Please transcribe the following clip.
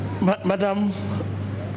Madam